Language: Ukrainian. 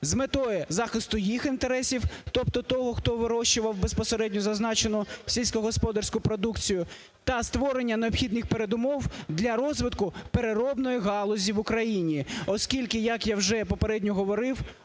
з метою захисту їх інтересів, тобто того, хто вирощував безпосередньо зазначену сільськогосподарську продукцію та створення необхідних передумов для розвитку переробної галузі в Україні, оскільки, як я вже попередньо говорив,